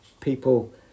people